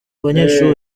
banyeshuri